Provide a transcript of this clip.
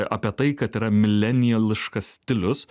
apie tai kad yra mileniališkas stilius